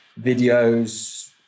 videos